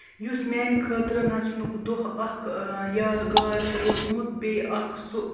یُس میٛانہِ خٲطرٕ نَژنُک دۄہ اکھ یادگار چھُ اوسمُت بیٚیہِ اکھ سُہ